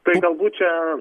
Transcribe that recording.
tai galbūt čia